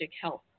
health